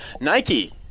Nike